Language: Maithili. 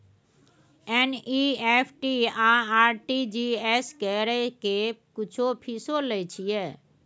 एन.ई.एफ.टी आ आर.टी.जी एस करै के कुछो फीसो लय छियै?